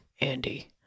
Andy